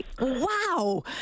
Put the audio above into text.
Wow